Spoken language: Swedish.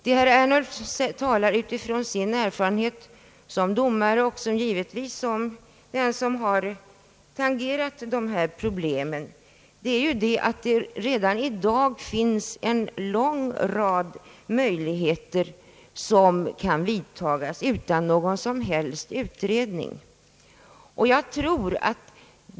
Herr Ernulf talar utifrån sin erfarenhet som domare, som den som har tangerat detta problem i praktisk verksamhet. Redan i dag finns en lång rad åtgärder som kan vidtagas utan någon som helst utredning.